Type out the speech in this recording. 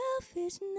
selfishness